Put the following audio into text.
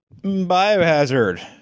Biohazard